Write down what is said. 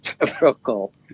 difficult